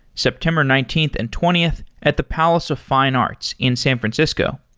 september nineteenth and twentieth at the palace of fine arts in san francisco.